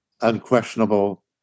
unquestionable